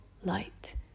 light